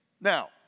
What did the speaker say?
Now